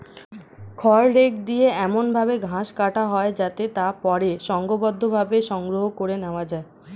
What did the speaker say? খড় রেক দিয়ে এমন ভাবে ঘাস কাটা হয় যাতে তা পরে সংঘবদ্ধভাবে সংগ্রহ করে নেওয়া যায়